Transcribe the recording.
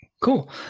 Cool